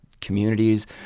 communities